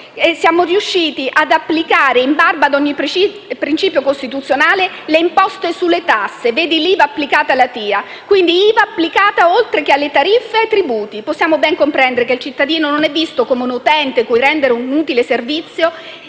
siamo riusciti ad applicare, in barba ad ogni principio costituzionale, le imposte sulle tasse, vedi l'IVA applicata alla TIA, quindi l'IVA applicata ai tributi, oltre che alle tariffe. Possiamo ben comprendere che il cittadino non è visto come un utente cui rendere un utile e